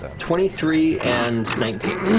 twenty three and nineteen.